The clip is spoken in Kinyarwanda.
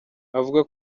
avuga